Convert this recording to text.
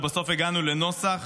ובסוף הגענו לנוסח